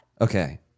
Okay